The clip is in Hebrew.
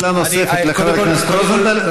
שאלה נוספת לחבר הכנסת רוזנטל,